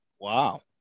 Wow